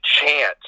chance